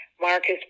Marcus